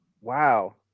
wow